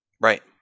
Right